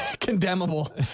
Condemnable